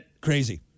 Crazy